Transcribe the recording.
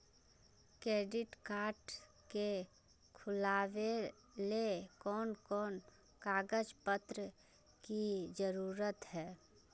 Credit card के खुलावेले कोन कोन कागज पत्र की जरूरत है?